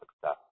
success